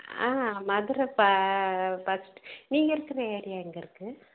ஆ மதுரை ப பஸ் நீங்கள் இருக்கிற ஏரியா எங்கே இருக்குது